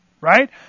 Right